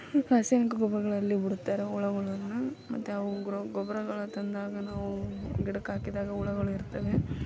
ರಾಸಾಯನಿಕ ಗೊಬ್ಬರಗಳಲ್ಲಿ ಬಿಡುತ್ತಾರೆ ಹುಳುಗಳನ್ನು ಮತ್ತು ಅವು ಗೊಬ್ರಗಳು ತಂದಾಗ ನಾವು ಗಿಡಕ್ಕೆ ಹಾಕಿದಾಗ ಹುಳುಗಳು ಇರ್ತವೆ